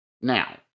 Now